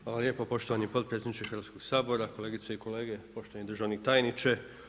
Hvala lijepo poštovani potpredsjedniče Hrvatskoga sabora, kolegice i kolege, poštovani državni tajniče.